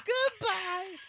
Goodbye